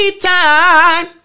time